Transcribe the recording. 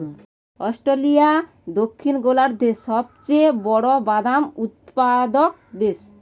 Australia দক্ষিণ গোলার্ধের সবচেয়ে বড় বাদাম উৎপাদক দেশ